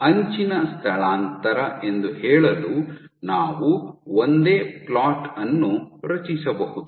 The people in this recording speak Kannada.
ಅಂಚಿನ ಸ್ಥಳಾಂತರ ಎಂದು ಹೇಳಲು ನಾವು ಒಂದೇ ಫ್ಲೋಟ್ ಅನ್ನು ರಚಿಸಬಹುದು